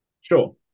sure